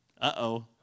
Uh-oh